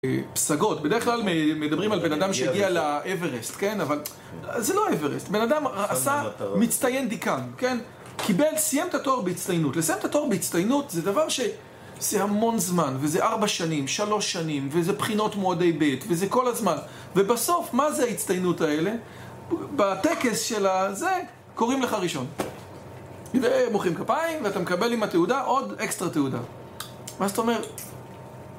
פסגות, בדרך כלל מדברים על בן אדם שהגיע לאברסט, כן? אבל זה לא אברסט, בן אדם עשה מצטיין דיקן, כן? קיבל, סיים את התואר בהצטיינות לסיים את התואר בהצטיינות זה דבר ש... זה המון זמן, וזה ארבע שנים, שלוש שנים, וזה בחינות מועדי בית, וזה כל הזמן ובסוף, מה זה ההצטיינות האלה? בטקס של הזה, קוראים לך ראשון ומוחאים כפיים, ואתה מקבל עם התעודה עוד אקסטרא תעודה מה זאת אומרת?